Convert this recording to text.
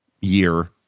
year